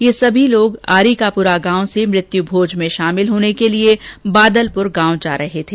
ये सभी लोग आरी का पुरा गांव से मृत्युभोज में शामिल होने बादलपुर गांव जा रहे थे